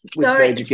Sorry